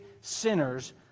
sinners